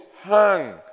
hang